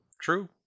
True